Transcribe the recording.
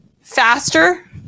faster